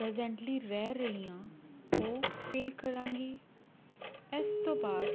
presently ਰਹਿ ਰਹੀ ਹਾਂ ਉਹ ਫਿਲ ਕਰਾਂਗੀ ਇਸ ਤੋਂ ਬਾਅਦ